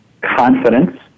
confidence